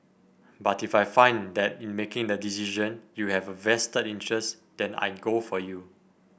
but if I find that in making the decision you have a vested interest then I go for you